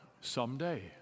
someday